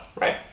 Right